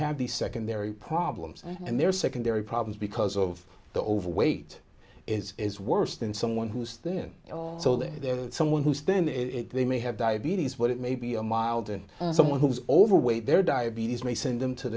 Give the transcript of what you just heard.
have these secondary problems and their secondary problems because of the overweight is is worse than someone who's thin so that they're someone who's them if they may have diabetes but it may be a mild in someone who's overweight their diabetes may send them to